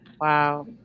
Wow